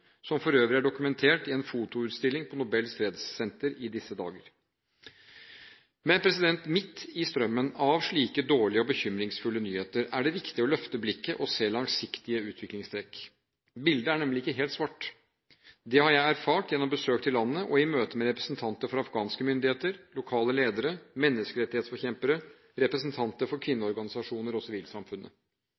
som for øvrig er dokumentert i en fotoutstilling på Nobels Fredssenter i disse dager. Men midt i strømmen av slike dårlige og bekymringsfulle nyheter er det viktig å løfte blikket og se langsiktige utviklingstrekk. Bildet er nemlig ikke helt svart. Det har jeg erfart gjennom besøk til landet og i møter med representanter for afghanske myndigheter, lokale ledere, menneskerettighetsforkjempere, representanter for kvinneorganisasjoner og sivilsamfunnet.